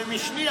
זה משני,